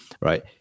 right